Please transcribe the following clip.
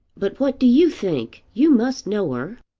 but what do you think? you must know her.